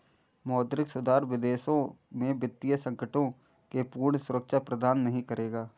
मौद्रिक सुधार विदेशों में वित्तीय संकटों से पूर्ण सुरक्षा प्रदान नहीं करेगा